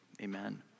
Amen